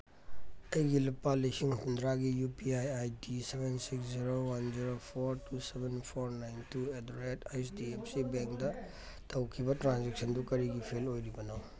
ꯑꯩꯒꯤ ꯂꯨꯄꯥ ꯂꯤꯁꯤꯡ ꯍꯨꯝꯗ꯭ꯔꯥꯒꯤ U P I D seven six zero one zero four two seven four nine two at the rate H D F C ꯕꯦꯡꯗ ꯇꯧꯈꯤꯕ ꯇ꯭ꯔꯥꯟꯖꯦꯛꯁꯟꯗꯨ ꯀꯔꯤꯒꯤ ꯐꯦꯜ ꯑꯣꯏꯔꯤꯕꯅꯣ